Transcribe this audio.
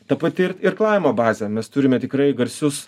ta pati ir irklavimo bazė mes turime tikrai garsius